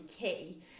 key